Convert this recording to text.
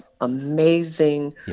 amazing